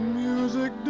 music